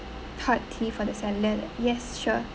hot tea for the salad yes sure